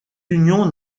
union